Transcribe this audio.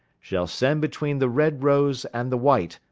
shall send betweene the red-rose and the white,